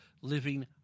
living